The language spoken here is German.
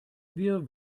wir